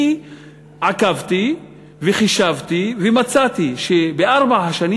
אני עקבתי וחישבתי ומצאתי שבארבע השנים